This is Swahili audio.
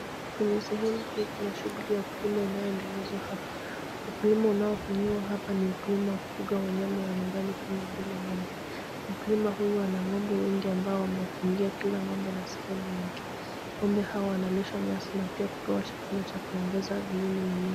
Kwenye sehemu hii kuna shughuli ya ukulima inayoendelezwa hapa. Ukulima unaofanyiwa hapa ni ukulima wa kufuga wanyama wa nyumbani kama vile ng'ombe. Mkulima huyu ana ng'ombe wengi ambao amewafungia kila ng'ombe na sehemu yake. Ng'ombe hawa wanalishwa nyasi na pia kupewa chakula cha kuongeza viini mwilini.